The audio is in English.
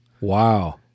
wow